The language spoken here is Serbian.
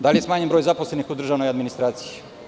Da li je smanjen broj zaposlenih u državnoj administraciji?